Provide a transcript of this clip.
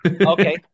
Okay